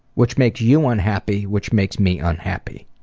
which makes you unhappy, which makes me unhappy.